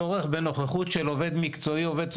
צורך בנוכחות של עובד מקצועי, עובד סוציאלי,